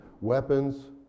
weapons